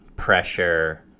pressure